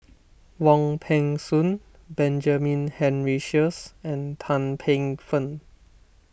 Wong Peng Soon Benjamin Henry Sheares and Tan Paey Fern